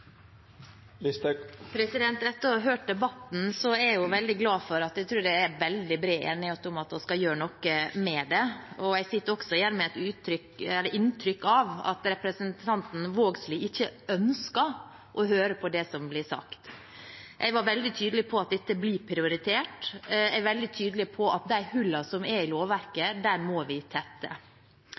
Etter å ha hørt debatten, er jeg veldig glad for at det er veldig bred enighet om at vi skal gjøre noe med det. Jeg sitter også igjen med et inntrykk av at representanten Vågslid ikke ønsker å høre på det som blir sagt. Jeg var veldig tydelig på at dette blir prioritert. Jeg er veldig tydelig på at de hullene som er i lovverket, må vi tette.